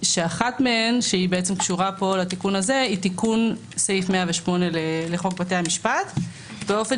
שאחת מהן שקשורה לתיקון הזה היא תיקון סעיף 108 לחוק בתי המשפט באופן